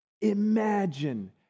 imagine